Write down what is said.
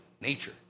nature